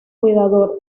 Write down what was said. cuidador